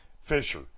Fisher